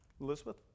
Elizabeth